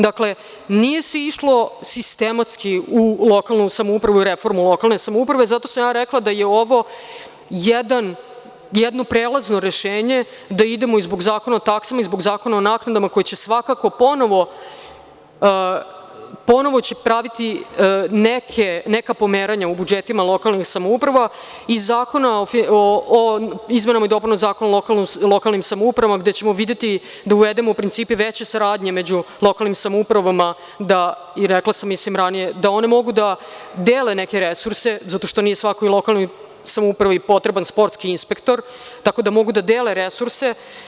Dakle, nije se išlo sistematski u lokalnu samoupravu, reformu lokalne samouprave i zato sam rekla da je ovo jedno prelazno rešenje, da idemo i zbog Zakona o taksama i zbog Zakona o naknadama, koji će svakako ponovo praviti neka pomeranja u budžetima lokalnih samouprava i zbog Zakona o izmenama i dopunama Zakona o lokalnim samoupravama, gde ćemo videti da uvedemo principe saradnje među lokalnim samoupravama, da one mogu da dele neke resurse zato što nije svakoj lokalnoj samoupravi potreban sportski inspektor, tako da mogu da dele resurse.